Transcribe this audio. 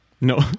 No